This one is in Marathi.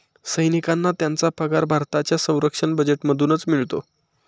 सैनिकांना त्यांचा पगार भारताच्या संरक्षण बजेटमधूनच मिळतो